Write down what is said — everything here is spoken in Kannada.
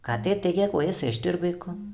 ಖಾತೆ ತೆಗೆಯಕ ವಯಸ್ಸು ಎಷ್ಟಿರಬೇಕು?